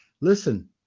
Listen